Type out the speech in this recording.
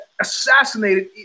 assassinated